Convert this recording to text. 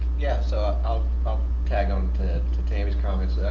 yeah. so i'll i'll tag onto tammy's comments.